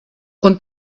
und